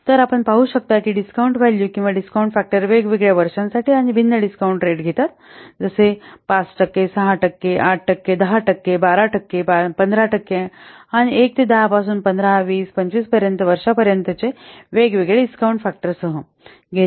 तर आपण पाहू शकता की डिस्काउंट व्हॅल्यू किंवा डिस्काउंट फॅक्टर वेगवेगळ्या वर्षांसाठी आणि भिन्न डिस्काउंट रेट घेतात जसे 5टक्के 6 टक्के 8 टक्के 10 टक्के 12 टक्के 15 टक्के आणि 1 ते 10 पासून 15 20 25 पर्यंत वर्षापर्यंतचे वेगवेगळे डिस्काउंट फॅक्टर सह घेत आहेत